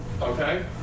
Okay